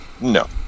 No